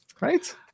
Right